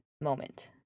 moment